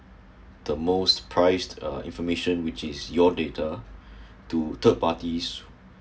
the most priced uh information which is your data to third parties